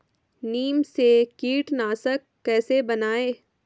नीम से कीटनाशक कैसे बनाएं?